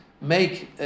make